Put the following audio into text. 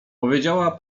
powiedziała